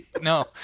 No